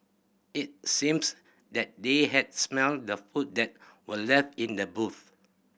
it seems that they had smelt the food that were left in the boot